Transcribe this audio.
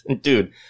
Dude